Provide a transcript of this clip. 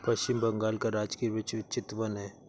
पश्चिम बंगाल का राजकीय वृक्ष चितवन है